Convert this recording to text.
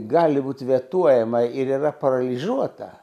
gali būt vetuojama ir yra paralyžuota